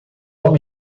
homem